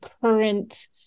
current